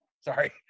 Sorry